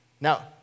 Now